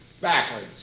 backwards